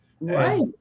Right